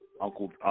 Uncle